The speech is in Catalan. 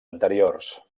anteriors